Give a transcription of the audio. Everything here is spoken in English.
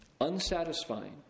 unsatisfying